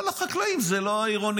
אבל החקלאים זה לא העירוניים,